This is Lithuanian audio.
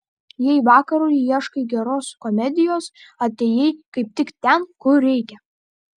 jei vakarui ieškai geros komedijos atėjai kaip tik ten kur reikia